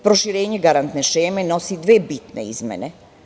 Proširenje garantne šeme nosi dve bitne izmene.